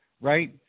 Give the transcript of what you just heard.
right